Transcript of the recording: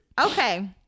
Okay